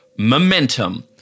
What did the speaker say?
Momentum